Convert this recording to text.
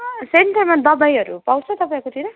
सेन्टरमा दबाईहरू पाउँछ तपाईँको तिर